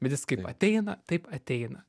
bet jis kaip ateina taip ateina